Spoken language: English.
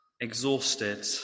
exhausted